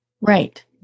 Right